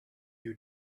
you